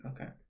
okay